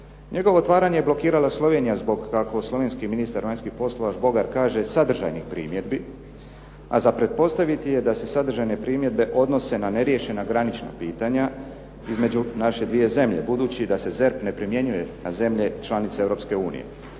Njegovo otvaranje je blokirala Slovenija zbog kako slovenski ministar vanjskih poslova Žbogar kaže sadržajnih primjedbi, za pretpostaviti je da se sadržajne primjedbe odnose na neriješena granična pitanja između naše dvije zemlje, budući da se ZERP ne primjenjuje na zemlje članice Europske unije.